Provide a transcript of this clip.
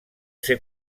ser